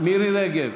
מירי רגב,